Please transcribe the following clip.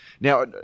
Now